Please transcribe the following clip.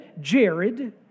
Jared